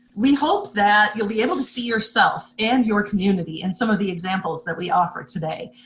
we hope that you'll be able to see yourself and your community in some of the examples that we offer today.